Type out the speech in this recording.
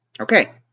Okay